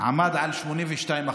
עמד על 82%,